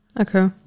Okay